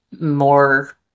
more